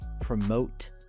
promote